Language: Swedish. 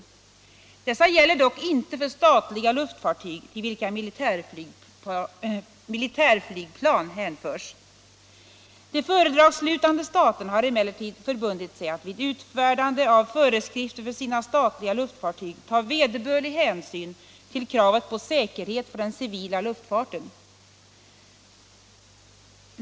Dessa gäller dock inte för statliga luftfartyg till vilka militärflygplan hänförs. De fördragsslutande staterna har emellertid förbundit sig att vid utfärdande av föreskrifter för sina statliga luftfartyg ta vederbörlig hänsyn till kravet på säkerhet för den civila luftfarten.